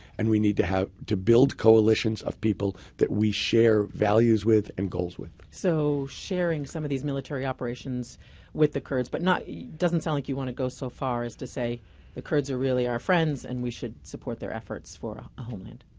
and we need to have to build coalitions of people that we share values with and goals with. so sharing some of these military operations with the kurds, but it doesn't sound like you want to go so far as to say the kurds are really our friends and we should support their efforts for a homeland.